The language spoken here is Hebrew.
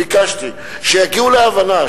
ביקשתי שיגיעו להבנה,